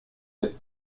êtes